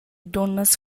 dunnas